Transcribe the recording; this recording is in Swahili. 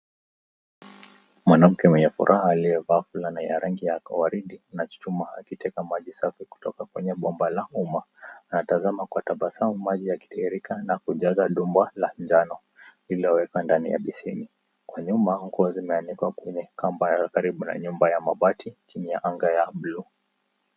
Mwanamke mmoja aliyevaa fulana ya rangi ya waridi na chuchumaa akiteka maji safi kutoka kwenye bomba la umma. Anatazama kwa tabasamu maji yakitiririka na kujaza dumu kubwa la njano lililowekwa ndani ya beseni. Kwa nyuma nguo zimeanikwa kwenye kamba karibu na nyumba ya mabati chini ya anga ya blue .